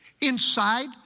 inside